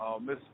Miss